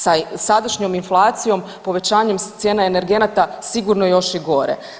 Sa sadašnjom inflacijom, povećanjem cijena energenata sigurno još i gore.